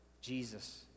Jesus